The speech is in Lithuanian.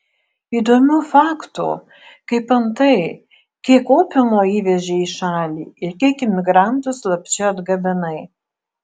įdomių faktų kaip antai kiek opiumo įvežei į šalį ir kiek imigrantų slapčia atgabenai